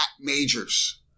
majors